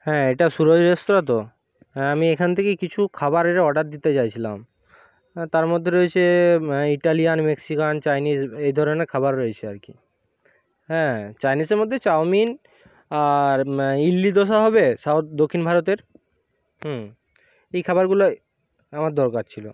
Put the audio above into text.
হ্যাঁ এটা সুরজ রেস্তোরাঁ তো হ্যাঁ আমি এখান থেকে কিছু খাবারের অর্ডার দিতে চাইছিলাম তার মধ্যে রয়েছে ইটালিয়ান মেক্সিকান চাইনিজ এই ধরনের খাবার রয়েছে আর কি হ্যাঁ চাইনিজের মধ্যে চাউমিন আর ইডলি ধোসা হবে সাউথ দক্ষিণ ভারতের এই খাবারগুলোই আমার দরকার ছিল